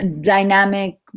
dynamic